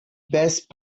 best